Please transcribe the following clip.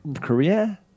Korea